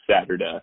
Saturday